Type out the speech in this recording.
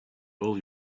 all